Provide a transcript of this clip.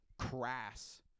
crass